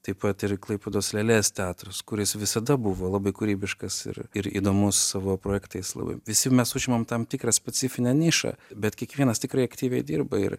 taip pat ir klaipėdos lėlės teatras kuris visada buvo labai kūrybiškas ir ir įdomus savo projektais labai visi mes užimam tam tikrą specifinę nišą bet kiekvienas tikrai aktyviai dirba ir